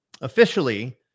officially